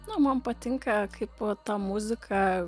na man patinka kaip ta muzika